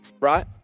right